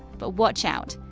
but watch out!